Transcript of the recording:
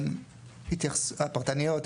הפרטניות,